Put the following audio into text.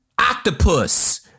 octopus